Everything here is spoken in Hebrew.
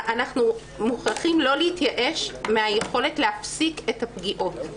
אנחנו מוכרחים לא להתייאש מהיכולת להפסיק את הפגיעות.